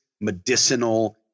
medicinal